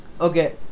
Okay